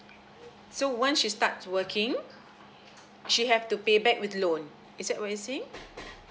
so once she starts working she have to pay back with loan is that what you're saying